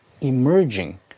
emerging